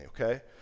okay